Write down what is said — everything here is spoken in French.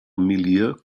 milieu